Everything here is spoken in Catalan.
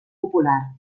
popular